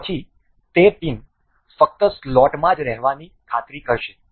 પછી તે પિન ફક્ત સ્લોટમાં જ રહેવાની ખાતરી કરશે